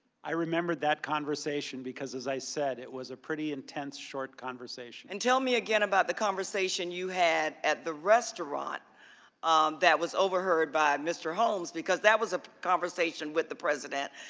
i remembered that conversation because as i said, it was a pretty intense, short conversation. and tell me about the conversation you had at the restaurant that was overheard by mr. holmes, because that was a conversation with the president.